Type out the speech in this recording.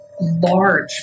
large